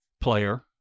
player